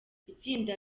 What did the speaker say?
itsinda